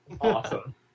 awesome